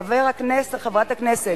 חברת הכנסת,